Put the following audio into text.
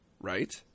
right